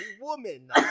woman